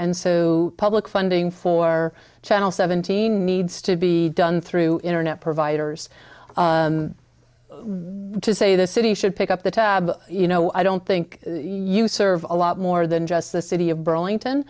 and so public funding for channel seventeen needs to be done through internet providers to say the city should pick up the tab you know i don't think you serve a lot more than just the city of burlington